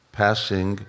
passing